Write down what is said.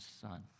son